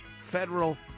federal